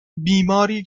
بیماری